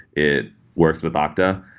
it works with ah okta,